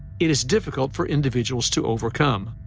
it is difficult for individuals to overcome.